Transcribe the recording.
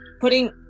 putting